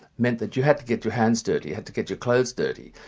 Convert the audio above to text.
meant that you had to get your hands dirty, you had to get your clothes dirty,